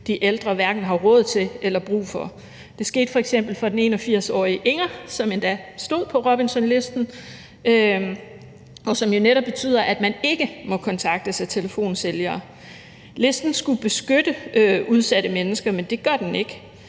de ældre hverken har råd til eller brug for. Det skete f.eks. for den 81-årige Inger, som endda stod på Robinsonlisten, som jo netop betyder, at man ikke må kontaktes af telefonsælgere. Listen skulle beskytte udsatte mennesker, men det gør den ikke,